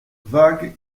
vague